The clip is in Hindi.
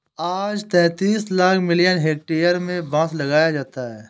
आज तैंतीस लाख मिलियन हेक्टेयर में बांस लगाया जाता है